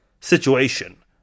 situation